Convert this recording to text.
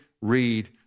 read